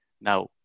Now